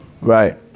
Right